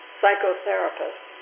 psychotherapist